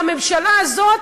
הממשלה הזאת,